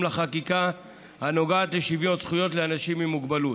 לחקיקה הנוגעת לשוויון זכויות לאנשים עם מוגבלות.